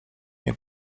nie